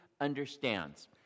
understands